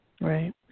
Right